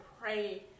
pray